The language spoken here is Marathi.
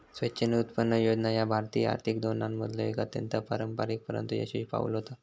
स्वेच्छेने उत्पन्न योजना ह्या भारतीय आर्थिक धोरणांमधलो एक अत्यंत अपारंपरिक परंतु यशस्वी पाऊल होता